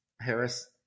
Harris